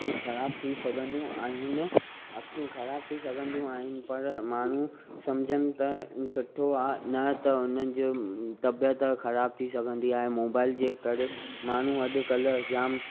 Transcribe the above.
ख़राब थी सघंदियूं आहिनि अख़ियूं ख़राब थी सघंदियूं आहिनि पर माण्हू सम्झनि त सुठो आहे न त हुनजो तबियतु ख़राब थी सघंदी आहे मोबाइल जे करे माण्हू अॼकल्ह जाम